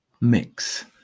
mix